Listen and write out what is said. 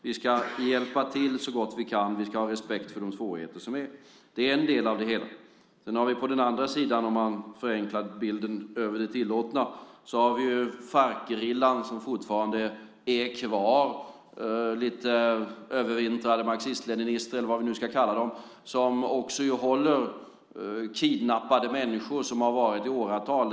Vi ska hjälpa till så gott vi kan. Vi ska ha respekt för de svårigheter som finns. Det är en del av det hela. På den andra sidan har vi, om man förenklar bilden över det tillåtna, Farcgerillan, som fortfarande är kvar. Det är övervintrade marxist-leninister, eller vad vi nu ska kalla dem, som hållit människor kidnappade i åratal.